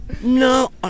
No